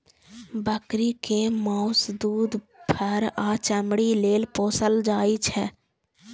बकरी कें माउस, दूध, फर आ चमड़ी लेल पोसल जाइ छै